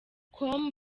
com